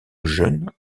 jeune